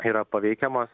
yra paveikiamas